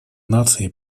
наций